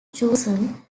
chosen